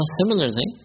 similarly